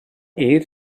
eir